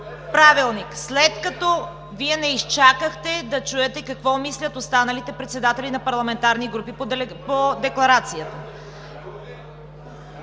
България“.) След като Вие не изчакахте да чуете какво мислят останалите председатели на парламентарни групи по декларацията…